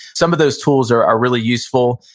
some of those tools are are really useful,